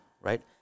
right